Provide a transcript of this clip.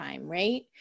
right